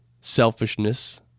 selfishness